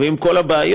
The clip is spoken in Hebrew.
ועם כל הבעיות,